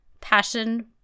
passion